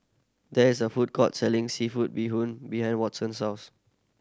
there is a food court selling seafood bee hoon behind Watson's house